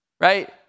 right